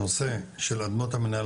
הנושא של אדמות המנהל,